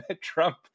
Trump